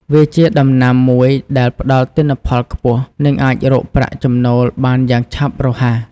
វាជាដំណាំមួយដែលផ្តល់ទិន្នផលខ្ពស់ និងអាចរកប្រាក់ចំណូលបានយ៉ាងឆាប់រហ័ស។